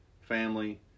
family